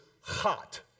hot